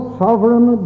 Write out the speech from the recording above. sovereign